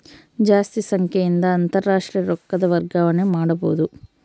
ಜಾಸ್ತಿ ಸಂಖ್ಯೆಯಿಂದ ಅಂತಾರಾಷ್ಟ್ರೀಯ ರೊಕ್ಕದ ವರ್ಗಾವಣೆ ಮಾಡಬೊದು